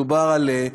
מדובר על,